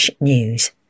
news